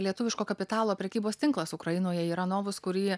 lietuviško kapitalo prekybos tinklas ukrainoje yra novus kurį